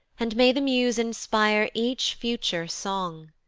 and may the muse inspire each future song!